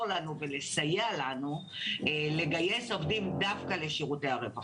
לנו ולסייע לנו לגייס עובדים דווקא לשירותי הרווחה.